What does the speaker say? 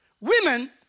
women